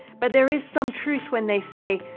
but there is some truth when they say,